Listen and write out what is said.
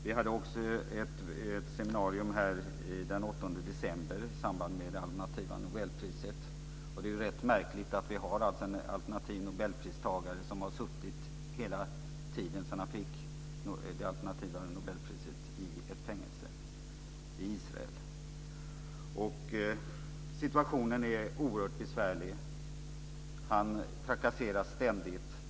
Vi hade också ett seminarium den 8 december i samband med det alternativa Nobelpriset. Det är rätt märkligt att vi har en pristagare som fått det alternativa Nobelpriset och som hela tiden sedan han fick priset har suttit i ett fängelse i Israel. Situationen är oerhört besvärlig. Han trakasseras ständigt.